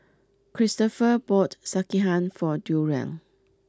Cristopher bought Sekihan for Durell